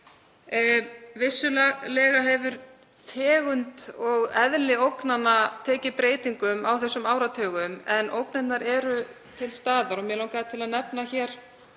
Vissulega hafa tegundir og eðli ógnanna tekið breytingum á þessum áratugum, en ógnirnar eru til staðar. Mig langaði til að nefna hér